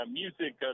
music